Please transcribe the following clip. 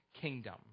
kingdom